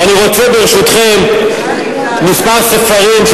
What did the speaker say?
ואני רוצה, ברשותכם דני, די.